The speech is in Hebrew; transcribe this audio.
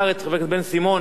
ביום שישי האחרון,